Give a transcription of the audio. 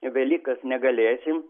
velykas negalėsim